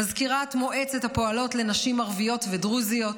מזכירת מועצת הפועלות לנשים ערביות ודרוזיות,